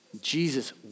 Jesus